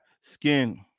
skin